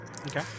Okay